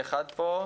פה אחד פה.